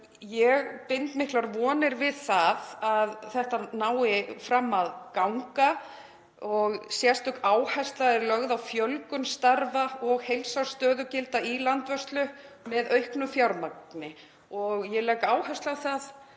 Ég bind miklar vonir við að þetta nái fram að ganga. Sérstök áhersla er lögð á fjölgun starfa og heilsársstöðugilda í landvörslu með auknu fjármagni og ég legg áherslu á að